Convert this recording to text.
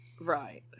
Right